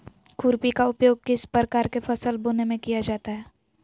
खुरपी का उपयोग किस प्रकार के फसल बोने में किया जाता है?